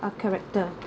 ah character